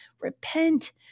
Repent